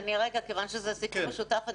כיוון שזה סיכום משותף,